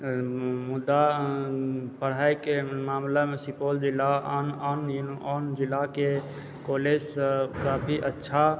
मुदा पढ़ाइके मामलामे सुपौल जिला आन आन जिलाके कॉलेजसंँ काफी अच्छा